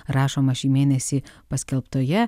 rašoma šį mėnesį paskelbtoje